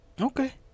Okay